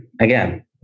Again